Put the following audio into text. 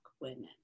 women